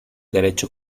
derecho